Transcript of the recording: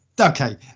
Okay